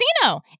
Casino